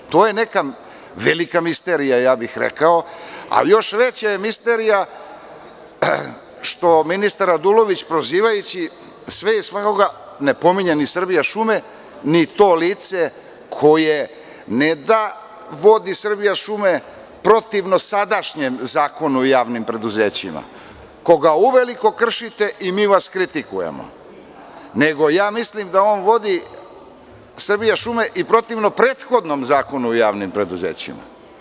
To je neka velika misterija, a još veća je misterijama, što ministar Radulović prozivajući sve i svakoga ne pominje ni „Srbijašume“, ni to lice koje ne da vodi „Srbijašume“ protivno sadašnjem Zakonu o javnim preduzećima koga uveliko kršite i mi vas kritikujemo nego ja mislim da on vodi „Srbijašume“ i protivnom prethodnom Zakonu o javnim preduzećima.